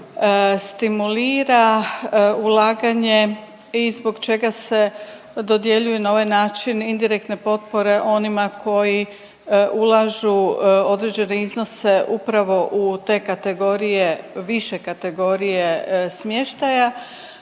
stimulira ulaganje i zbog čega se dodjeljuje na ovaj način indirektne potpore onima koji ulažu određene iznose upravo u te kategorije, više kategorije smještaja